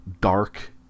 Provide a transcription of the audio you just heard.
dark